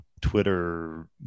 Twitter